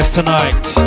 tonight